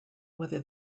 whether